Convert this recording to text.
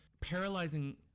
paralyzing